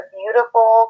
beautiful